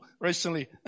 recently